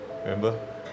Remember